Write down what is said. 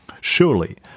Surely